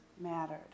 mattered